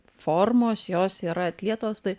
formos jos yra atlietos tai